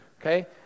Okay